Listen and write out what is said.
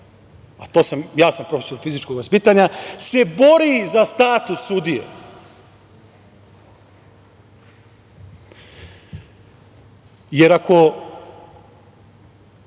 a ja sam profesor fizičkog vaspitanja, se bori za status sudije, jer ako